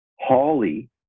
Holly